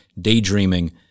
daydreaming